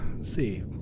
see